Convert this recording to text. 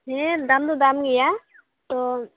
ᱦᱮᱸ ᱫᱟᱢ ᱫᱚ ᱫᱟᱢ ᱜᱮᱭᱟ ᱛᱚ